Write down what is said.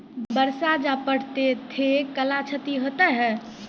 बरसा जा पढ़ते थे कला क्षति हेतै है?